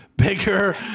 Bigger